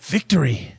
Victory